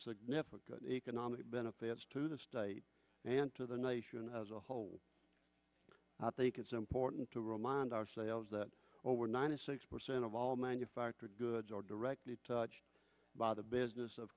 significant economic benefits to the state and to the nation as a whole i think it's important to remind our sales that over ninety six percent of all manufactured goods are directly touched by the business of